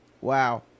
Wow